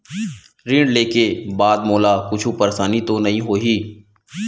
ऋण लेके बाद मोला कुछु परेशानी तो नहीं होही?